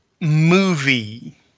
movie